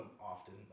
often